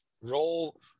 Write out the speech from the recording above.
role